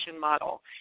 model